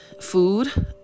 food